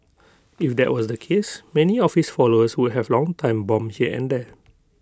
if that was the case many of his followers would have long time bomb here and there